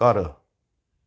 ਘਰ